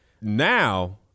now